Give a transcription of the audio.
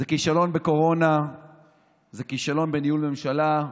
זה כישלון בקורונה, זה כישלון בניהול ממשלה.